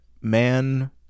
man